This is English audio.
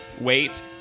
Wait